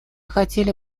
хотели